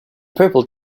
purple